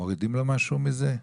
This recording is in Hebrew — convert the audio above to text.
מורידים לו משהו מזה?